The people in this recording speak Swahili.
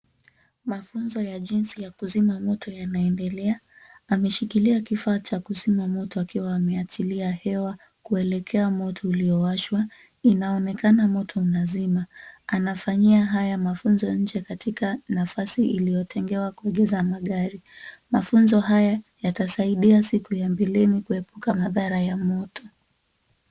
Mafunzo ya jinsi ya kuzima moto yanaendelea. Ameshikilia kifaa cha kuzima moto akiwa ameachilia hewa kuelekea moto uliowashwa . Inaonekana moto unazima. Anafanyia haya mafunzo nje katika nafasi iliyotengewa kuegeza magari. Mafunzo haya yatasaidia siku ya mbeleni kuepuka madhara ya moto.